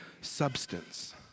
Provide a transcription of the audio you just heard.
substance